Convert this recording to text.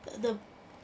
the the